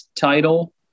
title